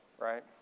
right